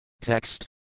Text